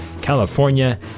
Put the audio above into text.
california